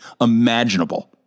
imaginable